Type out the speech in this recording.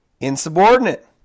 insubordinate